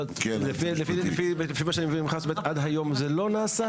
לפי מה שאני מבין ממך, עד היום זה לא נעשה?